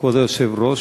כבוד היושב-ראש,